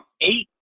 eight